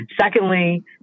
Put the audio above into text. Secondly